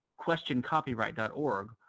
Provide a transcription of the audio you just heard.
questioncopyright.org